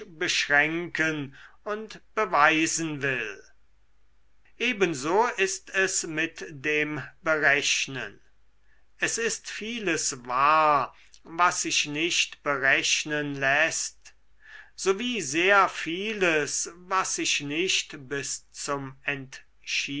beschränken und beweisen will ebenso ist es mit dem berechnen es ist vieles wahr was sich nicht berechnen läßt sowie sehr vieles was sich nicht bis zum